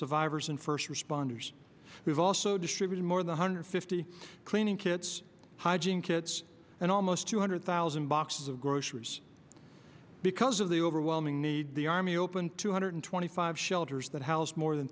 survivors and first responders we've also distributed more than a hundred fifty cleaning kits hygiene kits and almost two hundred thousand boxes of groceries because of the overwhelming need the army opened two hundred twenty five shelters that house more than